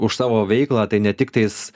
už savo veiklą tai ne tik tais